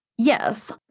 Yes